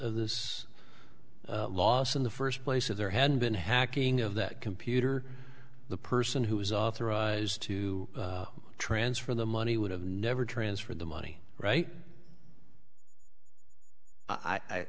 this loss in the first place if there had been hacking of that computer the person who is authorized to transfer the money would have never transfer the money right i